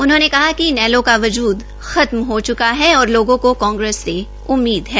उन्होंने कहा कि इनेलो का वजूद खत्म हो चूका है और लोगों को कांग्रेस से उम्मीद है